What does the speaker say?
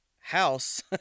house